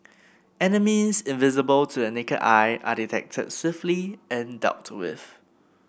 enemies invisible to the naked eye are detected swiftly and dealt with